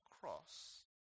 cross